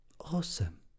Awesome